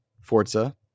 Forza